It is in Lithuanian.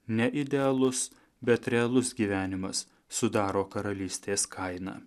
ne idealus bet realus gyvenimas sudaro karalystės kainą